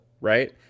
right